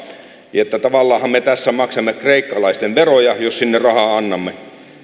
ja tavallaanhan me tässä maksamme kreikkalaisten veroja jos sinne rahaa annamme